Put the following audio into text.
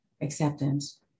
acceptance